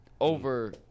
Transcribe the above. over